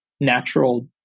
natural